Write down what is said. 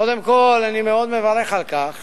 קודם כול אני מאוד מברך על כך